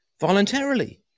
voluntarily